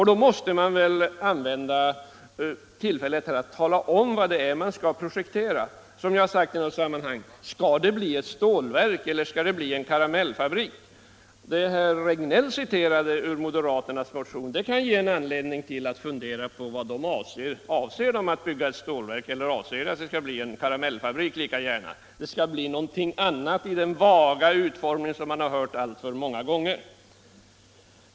Då måste jag väl använda det här tillfället att tala om vad det är som skall projekteras, eller, som jag har sagt i något sammanhang: Skall det bli ett stålverk eller en karamellfabrik? Det herr Regnéll citerade ur moderaternas motion kan ge anledning att fundera på vad de avser. Avser de att bygga ett stålverk eller anser de att det lika gärna kan bli en karamellfabrik? Det sägs att det skall bli ”någonting annat” — dvs. den vaga utformning som vi hört så många gånger.